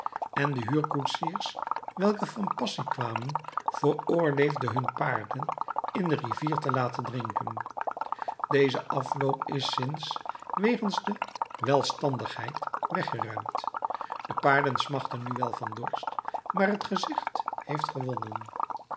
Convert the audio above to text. en den huurkoetsiers welke van passy kwamen veroorloofde hun paarden in de rivier te laten drinken deze afloop is sinds wegens de welstandigheid weggeruimd de paarden smachten nu wel van dorst maar t gezicht heeft gewonnen